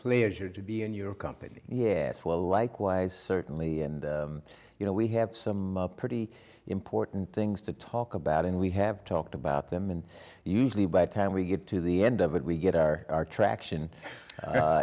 pleasure to be in your company yes well likewise certainly and you know we have some pretty important things to talk about and we have talked about them and usually by the time we get to the end of it we get our traction